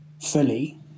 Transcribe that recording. fully